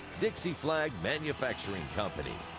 dixie flag manufacturing company.